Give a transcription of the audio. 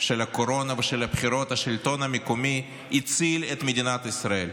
של הקורונה ושל הבחירות השלטון המקומי הציל את מדינת ישראל.